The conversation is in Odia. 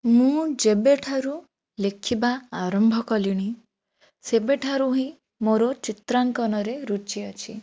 ମୁଁ ଯେବେଠାରୁ ଲେଖିବା ଆରମ୍ଭ କଲିଣି ସେବେଠାରୁ ହିଁ ମୋର ଚିତ୍ରାଙ୍କନରେ ରୁଚି ଅଛି